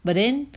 but then